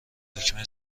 دکمه